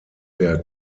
der